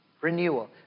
Renewal